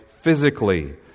Physically